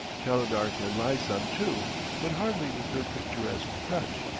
calendar can lie some, too but hardly with her picturesque touch.